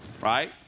right